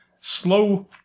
slow